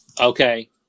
Okay